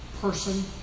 person